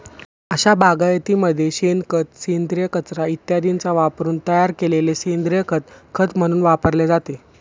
अशा बागायतीमध्ये शेणखत, सेंद्रिय कचरा इत्यादींचा वापरून तयार केलेले सेंद्रिय खत खत म्हणून वापरले जाते